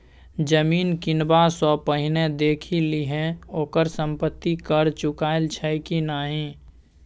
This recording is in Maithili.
जमीन किनबा सँ पहिने देखि लिहें ओकर संपत्ति कर चुकायल छै कि नहि?